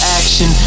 action